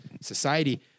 society